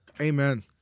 Amen